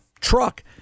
truck